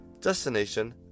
destination